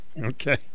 Okay